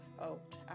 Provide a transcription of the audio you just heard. out